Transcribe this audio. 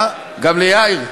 גם ליאיר.